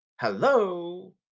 hello